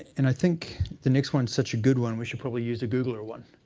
and i think the next one's such a good one we should probably use a googler one.